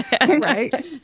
Right